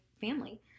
family